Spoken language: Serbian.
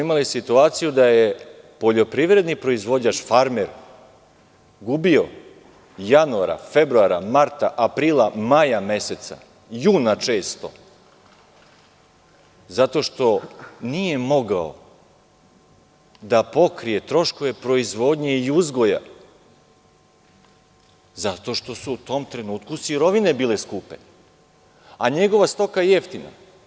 Imali smo situaciju da je poljoprivredni proizvođač, farmer, gubio januara, februara, marta, aprila, maja meseca, često juna, zato što nije mogao da pokrije troškove proizvodnje ili uzgoja zato što su u tom trenutku sirovine bile skupe, a njegova stoka jeftina.